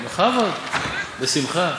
בכבוד, בשמחה,